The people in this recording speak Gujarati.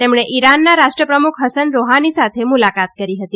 તેમણે ઇરાનના રાષ્ટ્રપ્રમુખ હસન રૌહાની સાથે મુલાકાત કરી હતી